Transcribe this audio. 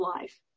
life